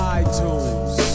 itunes